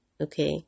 Okay